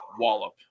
wallop